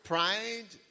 Pride